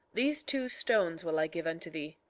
these two stones will i give unto thee,